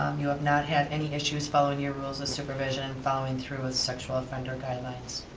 um you have not had any issues following your rules of supervision, following through with sexual offender guidelines.